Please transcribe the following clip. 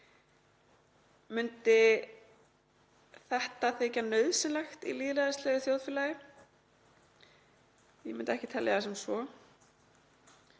Myndi þetta þykja nauðsynlegt í lýðræðislegu þjóðfélagi? Ég myndi ekki telja það.